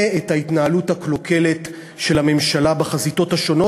את ההתנהלות הקלוקלת של הממשלה בחזיתות השונות.